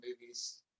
movies